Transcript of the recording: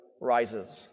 rises